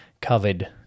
covered